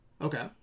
Okay